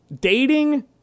dating